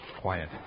Quiet